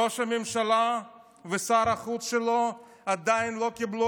ראש הממשלה ושר החוץ שלו עדיין לא קיבלו